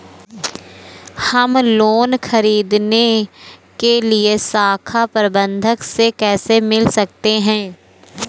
हम लोन ख़रीदने के लिए शाखा प्रबंधक से कैसे मिल सकते हैं?